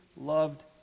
loved